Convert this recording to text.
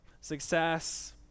success